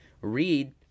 Read